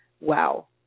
wow